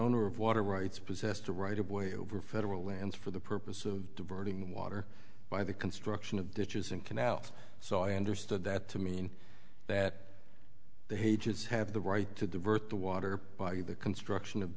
owner of water rights possessed a right of way over federal lands for the purpose of diverting water by the construction of ditches and canals so i understood that to mean that the hatreds have the right to divert the water by the construction of